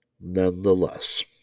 nonetheless